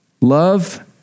Love